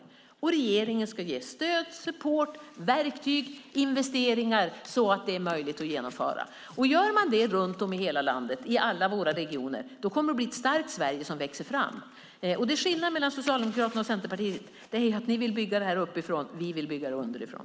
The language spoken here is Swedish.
Regeringen ska ge stöd, support, verktyg och investeringar så att det är möjligt att genomföra. Gör man det runt om i hela landet i alla våra regioner kommer det att bli ett starkt Sverige som växer fram. Skillnaden mellan Socialdemokraterna och Centerpartiet är att ni vill bygga det här uppifrån, medan vi vill bygga det underifrån.